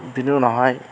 बिनि उनावहाय